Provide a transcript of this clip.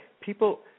People